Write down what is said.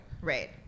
Right